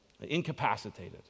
incapacitated